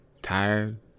tired